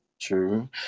true